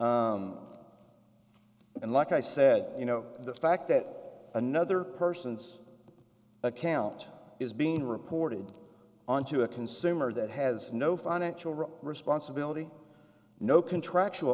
up and like i said you know the fact that another person's account is being reported on to a consumer that has no financial responsibility no contractual